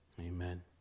Amen